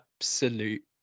absolute